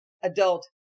adult